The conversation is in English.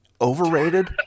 overrated